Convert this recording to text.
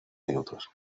minutos